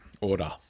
order